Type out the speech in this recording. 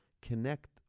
Connect